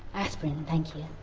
yes? thank you